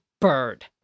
bird